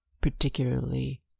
particularly